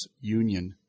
Union